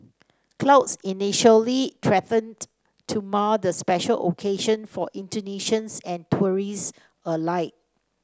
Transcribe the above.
clouds initially threatened to mar the special occasion for Indonesians and tourists alike